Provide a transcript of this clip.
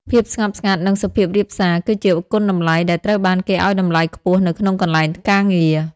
ភាពស្ងប់ស្ងាត់ និងសុភាពរាបសារ គឺជាគុណតម្លៃដែលត្រូវបានគេឱ្យតម្លៃខ្ពស់នៅក្នុងកន្លែងការងារ។